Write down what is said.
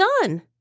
done